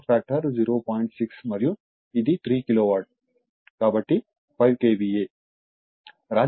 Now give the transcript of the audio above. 6 మరియు ఇది 3 కిలోవాట్ కాబట్టి 5 KVA